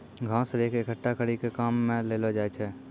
घास रेक एकठ्ठा करी के काम मे लैलो जाय छै